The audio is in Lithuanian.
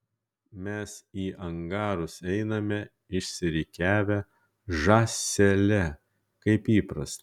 mes į angarus einame išsirikiavę žąsele kaip įprasta